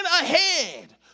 ahead